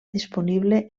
disponible